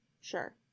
Sure